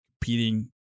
competing